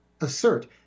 assert